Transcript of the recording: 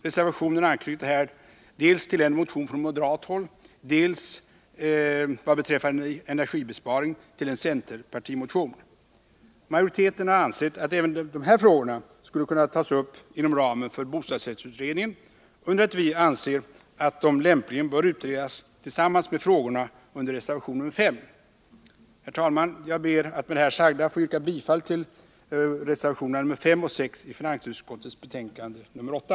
Reservationen anknyter här dels tili en motion från moderat håll, dels vad beträffar energibesparing till en centerpartimotion. Majoriteten har ansett att även dessa frågor skulle kunna tas upp inom ramen för bostadsrättsutredningen, under det att vi anser att de lämpligen bör utredas tillsammans med frågorna under reservation nr 5. Herr talman! Jag ber att med det här sagda få yrka bifall till reservationerna nr 5 och 6 i finansutskottets betänkande nr 8.